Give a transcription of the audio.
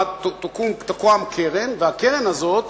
תוקם קרן, והקרן הזאת